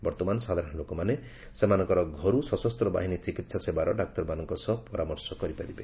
ବର୍ତ୍ତମାନ ସାଧାରଣ ଲୋକମାନେ ସେମାନଙ୍କର ଘରୁ ସଶସ୍ତ ବାହିନୀ ଚିକିତ୍ସା ସେବାର ଡାକ୍ତରମାନଙ୍କ ସହ ପରାମର୍ଶ କରିପାରିବେ